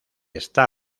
está